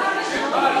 אוקיי.